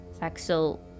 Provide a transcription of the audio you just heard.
Axel